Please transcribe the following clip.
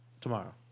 tomorrow